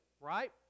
right